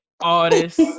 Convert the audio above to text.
artist